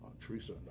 Teresa